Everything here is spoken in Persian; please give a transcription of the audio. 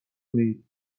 کنید